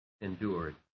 endured